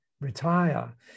retire